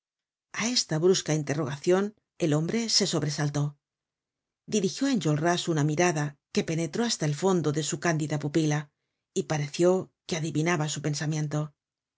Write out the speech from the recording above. a esta brusca interrogacion el hombre se sobresaltó dirigió á enjolras una mirada que penetró hasta el fondo de su candida pupila y pareció que adivinaba su pensamiento